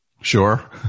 Sure